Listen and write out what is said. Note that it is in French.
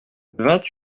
vingt